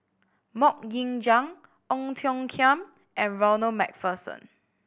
Mok Ying Jang Ong Tiong Khiam and Ronald Macpherson